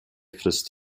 frisst